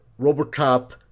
Robocop